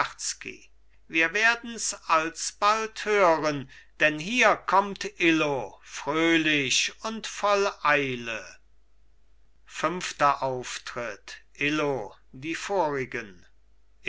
wir werdens alsbald hören denn hier kommt illo fröhlich und voll eile fünfter auftritt illo die vorigen